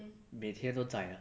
每天都在 ah